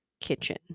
kitchen